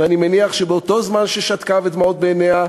ואני מניח שבאותו זמן ששתקה ודמעות בעיניה,